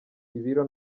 ibiro